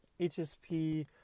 HSP